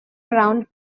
around